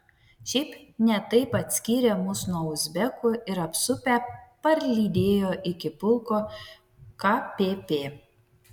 šiaip ne taip atskyrė mus nuo uzbekų ir apsupę parlydėjo iki pulko kpp